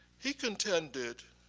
he contended